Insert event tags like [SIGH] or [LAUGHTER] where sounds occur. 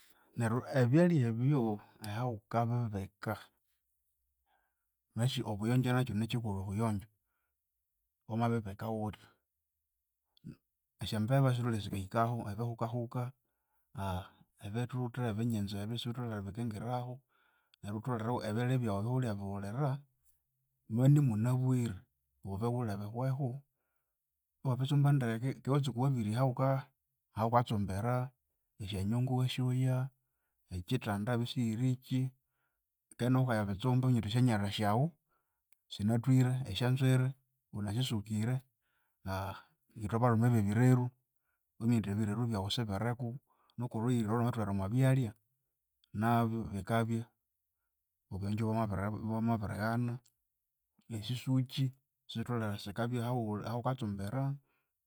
Neryu ebyalya ebyo ahawukabibika. Wunasi obuyonjo nakyu nikyikulhu obuyonjo, wamabibika wuthi? Esyambeba sisitholere sikahikahu ebihuka huka [HESITATION] ebithuthi nebinyenze ebi sibitholere bikingirahu. Neryu wutholere ebyalya byawu ahawulyabiwulira, bwamabya inimunabwire wubiwule bihwehu. Iwabitsumba ndeke kandi iwatsuka eribirya ahawuka ahawukatsumbira, esyanyungu iwasyoya, nekyitanda iyabya isiyirikyi ke nawu wukayabitsumba iwaminya wuthi esyanyalha syawu sinathwire, esyanzwire sinaswikire [HESITATION] ngithwe balhumi bebireru iwaminya wuthi ebireru byawu sibiriku nuku olhuywire olhu lhwamathoghera omwabyalhya nabyu bikabya obuyonjo ibwamabiri ibwamabirighana bwesisukyi sisitholere sikabya ahawukatsumbira.